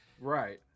right